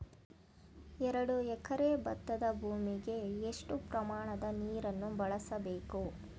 ಎರಡು ಎಕರೆ ಭತ್ತದ ಭೂಮಿಗೆ ಎಷ್ಟು ಪ್ರಮಾಣದ ನೀರನ್ನು ಬಳಸಬೇಕು?